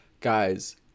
guys